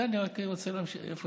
בסדר, אני רק רוצה, איפה